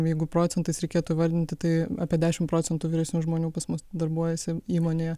jeigu procentais reikėtų vardinti tai apie dešim procentų vyresnių žmonių pas mus darbuojasi įmonėje